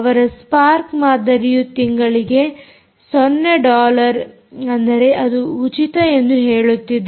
ಅವರ ಸ್ಪಾರ್ಕ್ ಮಾದರಿಯು ತಿಂಗಳಿಗೆ 0 ಡಾಲರ್ ಅಂದರೆ ಅದು ಉಚಿತ ಎಂದು ಹೇಳುತ್ತಿದೆ